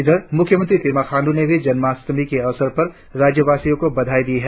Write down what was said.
इधर मुख्यमंत्री पेमा खांडू ने जन्माष्टमी की अवसर पर राज्यवासियों को बधाई दी है